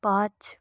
पाँच